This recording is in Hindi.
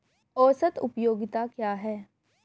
औसत उपयोगिता क्या है?